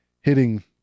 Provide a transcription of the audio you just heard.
hitting –